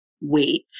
wait